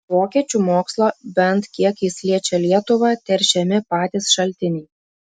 vokiečių mokslo bent kiek jis liečią lietuvą teršiami patys šaltiniai